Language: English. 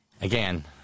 Again